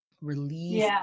release